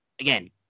again